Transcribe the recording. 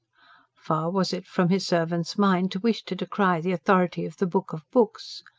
far was it from his servant's mind to wish to decry the authority of the book of books.